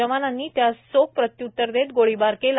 जवानांनी त्यास चोख प्रत्यृत्तर देत गोळीबार केला